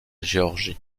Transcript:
géorgie